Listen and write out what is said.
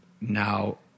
now